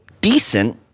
decent